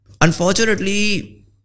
Unfortunately